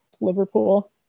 Liverpool